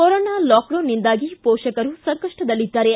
corona ಲಾಕ್ಡೌನ್ನಿಂದಾಗಿ ಮೋಷಕರು ಸಂಕಷ್ವದಲ್ಲಿದ್ದಾರೆ